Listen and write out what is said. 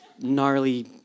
gnarly